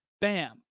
Bam